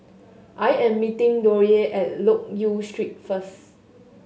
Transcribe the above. I am meeting Dollye at Loke Yew Street first